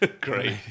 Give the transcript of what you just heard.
Great